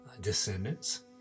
descendants